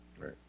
Right